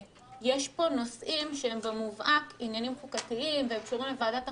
יש פה נושאים שהם במובהק עניינים חוקתיים והם קשורים לוועדת החוקה,